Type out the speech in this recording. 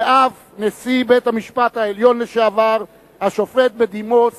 ואף נשיא בית-המשפט העליון לשעבר השופט בדימוס